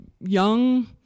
young